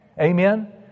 Amen